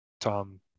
tom